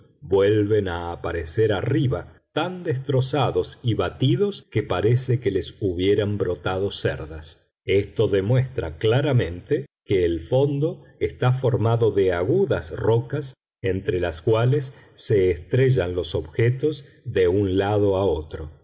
vuelven a aparecer arriba tan destrozados y batidos que parece que les hubieran brotado cerdas esto demuestra claramente que el fondo está formado de agudas rocas entre las cuales se estrellan los objetos de un lado a otro